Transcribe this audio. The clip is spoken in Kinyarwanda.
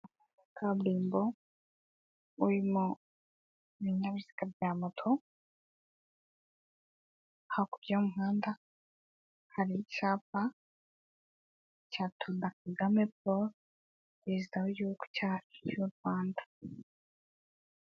Karimbo irimo binyabiziga bya moto hakurya y'umuhanda hari icyapa cya tora kagame paul perezida w'igihugu cyacu cy'u Rwanda.